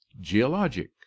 geologic